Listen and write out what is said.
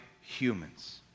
humans